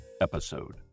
episode